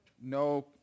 No